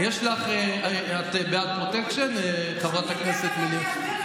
את בעד פרוטקשן, חברת הכנסת יוליה מלינובסקי?